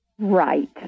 Right